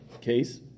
case